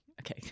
okay